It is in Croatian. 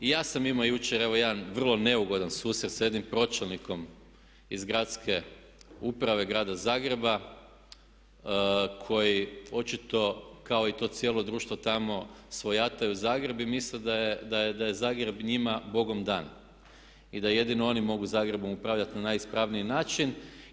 I ja sam imao jučer evo jedan vrlo neugodan susret sa jednim pročelnikom iz gradske uprave Grada Zagreba koji očito kao i to cijelo društvo tamo svojataju Zagreb i misle da je Zagreb njima bogom dan i da jedino oni mogu Zagrebom upravljati na najispravniji način.